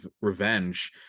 revenge